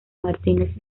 martinez